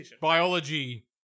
biology